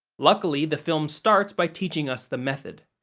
luckily, the film starts by teaching us the method.